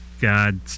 God